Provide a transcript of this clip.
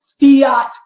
fiat